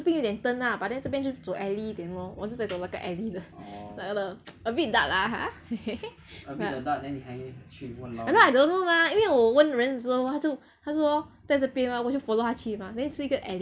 这边有一点灯 lah but then 这边就走 alley 一点 lor 我是有走那个 alley 的 like the a bit dark lah !huh! but and then I don't know mah 因为我问人的时候他就他是说在这边 mah then 我就 follow 他去 then 是一个